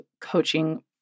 coaching